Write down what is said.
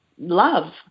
love